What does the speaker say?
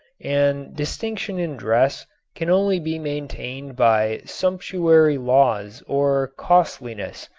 and distinction in dress can only be maintained by sumptuary laws or costliness.